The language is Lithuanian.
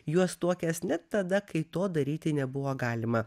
juos tuokęs net tada kai to daryti nebuvo galima